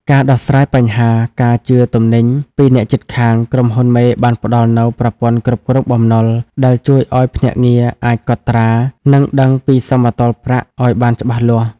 ការដោះស្រាយបញ្ហា "ការជឿទំនិញ" ពីអ្នកជិតខាង ក្រុមហ៊ុនមេបានផ្ដល់នូវ "ប្រព័ន្ធគ្រប់គ្រងបំណុល" ដែលជួយឱ្យភ្នាក់ងារអាចកត់ត្រា និងដឹងពីសមតុល្យប្រាក់ឱ្យបានច្បាស់លាស់។